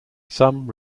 some